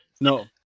No